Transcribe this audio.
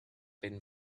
been